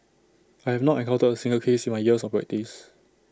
I have not encountered A single case in my years of practice